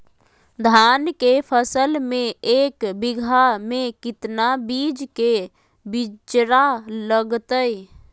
धान के फसल में एक बीघा में कितना बीज के बिचड़ा लगतय?